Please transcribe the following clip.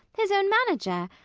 his own manager.